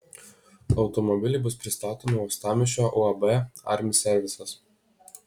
automobiliai bus pristatomi uostamiesčio uab armi servisas